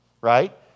right